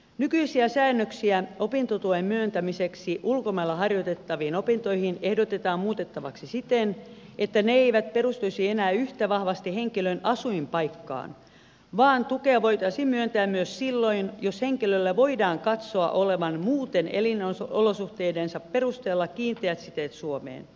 nykyisiä säännöksiä opintotuen myöntämiseksi ulkomailla harjoitettaviin opintoihin ehdotetaan muutettavaksi siten että ne eivät perustuisi enää yhtä vahvasti henkilön asuinpaikkaan vaan tukea voitaisiin myöntää myös silloin jos henkilöllä voidaan katsoa olevan muuten elinolosuhteidensa perusteella kiinteät siteet suomeen